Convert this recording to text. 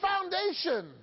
foundation